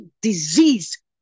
disease